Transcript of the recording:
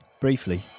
Briefly